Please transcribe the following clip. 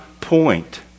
point